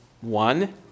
one